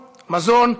מזון,